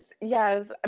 yes